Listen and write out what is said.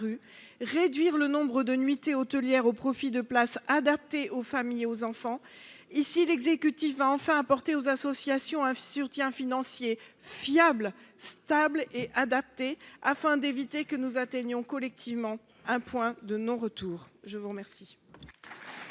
réduire le nombre des nuitées hôtelières au profit de places adaptées aux familles et aux enfants ? L’exécutif va t il enfin apporter aux associations un soutien financier fiable, stable et adapté afin d’éviter que nous n’atteignions collectivement un point de non retour ? La parole